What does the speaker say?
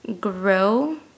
grow